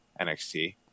NXT